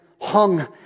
hung